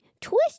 Twist